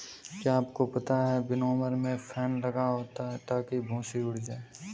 क्या आपको पता है विनोवर में फैन लगा होता है ताकि भूंसी उड़ जाए?